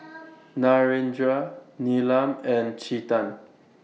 Narendra Neelam and Chetan